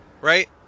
right